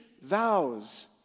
vows